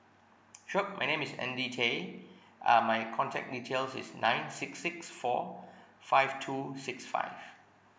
sure my name is andy tay uh my contact details is nine six six four five two six five